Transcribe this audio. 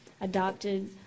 adopted